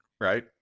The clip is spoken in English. right